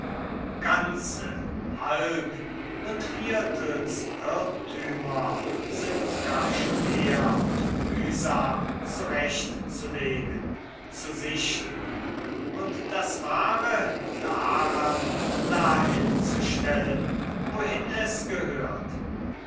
ganze halb und viertelsirrtümer sind gar schwer und mühsam zurechtzulegen zu sichten und das wahre daran dahin zu stellen wohin es gehört